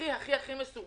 הכי הכי מסובך,